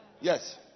Yes